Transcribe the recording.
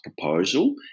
proposal